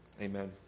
amen